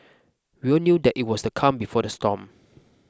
we all knew that it was the calm before the storm